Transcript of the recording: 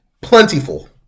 plentiful